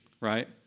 right